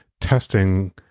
testing